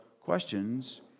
questions